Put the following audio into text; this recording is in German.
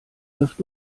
wirft